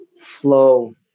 Flow